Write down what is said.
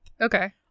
Okay